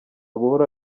buhoro